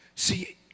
See